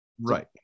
right